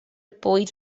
bwyd